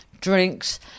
drinks